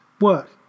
work